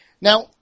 Now